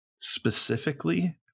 specifically